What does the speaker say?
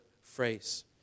phrase